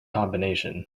combination